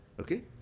Okay